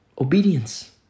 Obedience